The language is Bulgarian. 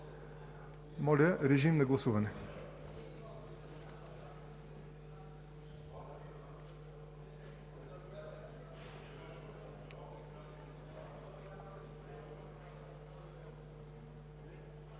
Моля, режим на гласуване